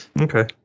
Okay